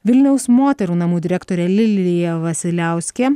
vilniaus moterų namų direktorė lilija vasiliauskė